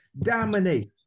Dominate